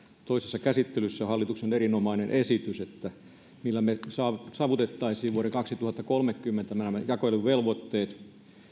toisessa käsittelyssä hallituksen erinomainen esitys millä me saavuttaisimme vuoden kaksituhattakolmekymmentä jakeluvelvoitteet